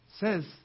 says